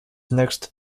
next